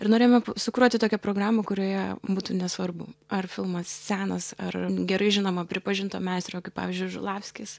ir norėjome sukuruoti tokią programą kurioje būtų nesvarbu ar filmas senas ar gerai žinomo pripažinto meistro kaip pavyzdžiui žulavskis